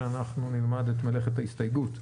למה שאנחנו נלמד את מלאכת ההסתייגות?